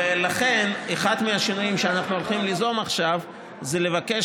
ולכן אחד מהשינויים שאנחנו הולכים ליזום עכשיו זה לבקש